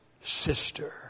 sister